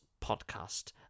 podcast